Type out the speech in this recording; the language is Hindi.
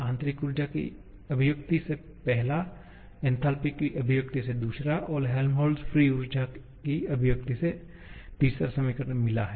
आंतरिक ऊर्जा की अभिव्यक्ति से पहला एन्थालपी की अभिव्यक्ति से दूसरा हेल्महोल्त्ज़ मुक्त ऊर्जा की अभिव्यक्ति से तीसरा समीकरण मिला है